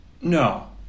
No